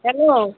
hello